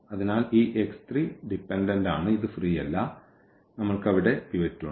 അതിനാൽ ഈ ഡിപെൻഡൻന്റ് ആണ് ഇത് ഫ്രീയല്ല നമ്മൾക്ക് അവിടെ പിവറ്റ് ഉണ്ട്